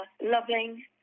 loving